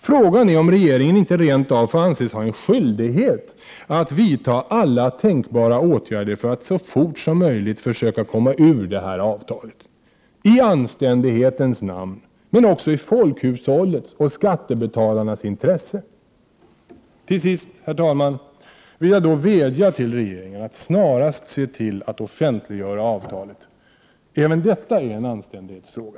Frågan är om regeringen inte rent av får anses ha en skyldighet att vidta alla tänkbara åtgärder för att så fort som möjligt försöka komma ur det här avtalet —-i anständighetens namn, men också i folkhushållets och i skattebetalarnas intresse. Till sist, herr talman, vill jag vädja till regeringen att snarast se till att offentliggöra avtalet. Även detta är en anständighetsfråga.